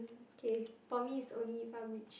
mm for me it's only if I'm rich